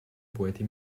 poeti